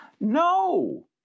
No